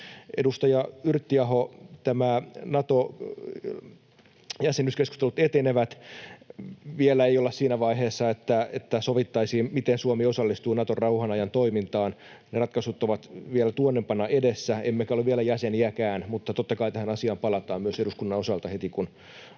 Edustaja Yrttiaho, nämä Nato-jäsenyyskeskustelut etenevät. Vielä ei olla siinä vaiheessa, että sovittaisiin, miten Suomi osallistuu Naton rauhanajan toimintaan. Ne ratkaisut ovat vielä tuonnempana edessä, emmekä ole vielä jäseniäkään, mutta totta kai tähän asiaan palataan myös eduskunnan osalta heti, kun on